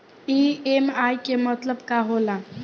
EMI के मतलब का होला?